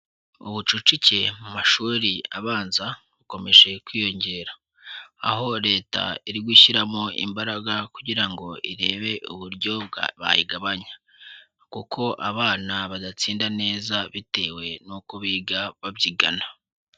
Ubucucike mu mashuri abanza bukomeje kwiyongera, aho Leta iri gushyiramo imbaraga kugira ngo irebe uburyo bayigabanya kuko abana badatsinda neza bitewe n'uko biga babyigana.